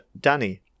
Danny